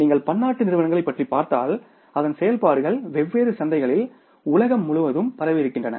ஆனால் நீங்கள் பன்னாட்டு நிறுவனங்களைப் பற்றி பார்த்தால் அதன் செயல்பாடுகள் வெவ்வேறு சந்தைகளில் உலகம் முழுவதும் பரவுகின்றன